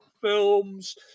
films